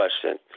question